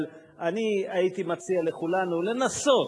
אבל אני הייתי מציע לכולנו לנסות,